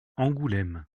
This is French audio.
angoulême